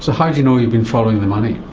so how do you know you've been following the money?